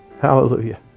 Hallelujah